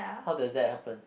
how does that happen